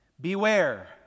Beware